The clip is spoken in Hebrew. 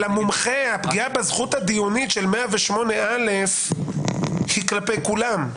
פסק הדין הוא ראיה אבל הפגיעה בזכות הדיונית של 108א היא כלפי כולם.